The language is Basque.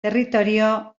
territorio